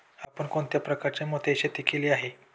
आपण कोणत्या प्रकारच्या मोत्यांची शेती केली आहे?